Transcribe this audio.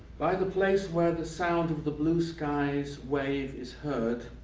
by the place where the sound of the blue sky's wave is heard,